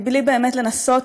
בלי באמת לנסות